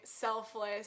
selfless